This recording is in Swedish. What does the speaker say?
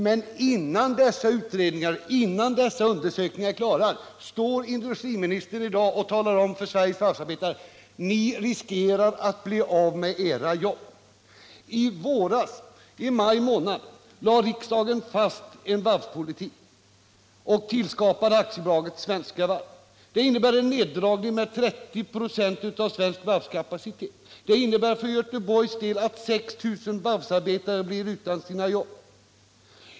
Men innan dessa undersökningar och utredningar är klara står industriministern i dag och talar om för Sveriges varvsarbetare att de riskerar att bli av med sina jobb. I våras — i maj månad — fastlade riksdagen en varvspolitik och skapade Svenska Varv AB. Besluten från i våras innebär en nedskärning med 30 procent av svensk varvskapacitet. Det innebär för Göteborgs del att 6 000 varvsarbetare blir utan jobb.